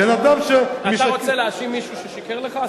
בן-אדם שמשקר, אתה רוצה להאשים מישהו ששיקר לך?